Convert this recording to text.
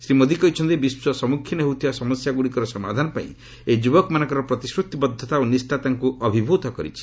ଶ୍ରୀ ମୋଦି କହିଛନ୍ତି ବିଶ୍ୱ ସମ୍ମୁଖୀନ ହୋଇଥିବା ସମସ୍ୟା ଗୁଡ଼ିକର ସମାଧାନ ପାଇଁ ଏହି ଯୁବକମାନଙ୍କର ପ୍ରତିଶ୍ରତିବଦ୍ଧତା ଓ ନିଷ୍ଠା ତାଙ୍କୁ ଅଭିଭ୍ତ କରିଛି